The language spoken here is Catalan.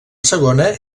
segona